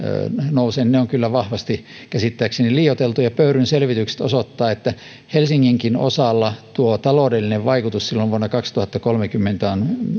nostaa ovat kyllä käsittääkseni vahvasti liioiteltuja pöyryn selvitykset osoittavat että helsinginkin osalta taloudellinen vaikutus silloin vuonna kaksituhattakolmekymmentä on